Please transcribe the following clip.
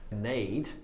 need